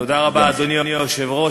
תודה רבה, אדוני היושב-ראש.